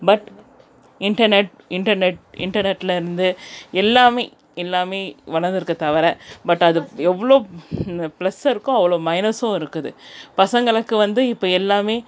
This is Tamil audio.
பட் இன்டர்நெட் இன்டர்நெட் இன்டர்நெட்டிலேருந்து எல்லாமே எல்லாமே வளர்ந்துருக்கே தவிர பட் அது எவ்வளோ ப்ளஸ் இருக்கோ அவ்வளோ மைனஸும் இருக்குது பசங்களுக்கு வந்து இப்போ எல்லாமே